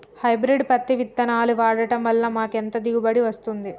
Hybrid పత్తి విత్తనాలు వాడడం వలన మాకు ఎంత దిగుమతి వస్తుంది?